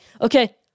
okay